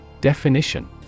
Definition